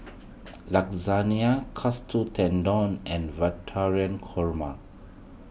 Lasagne Katsu Tendon and Korma